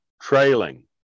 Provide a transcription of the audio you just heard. trailing